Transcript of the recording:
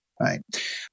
right